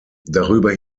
darüber